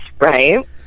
right